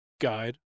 guide